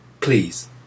please